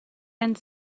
and